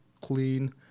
clean